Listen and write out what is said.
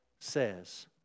says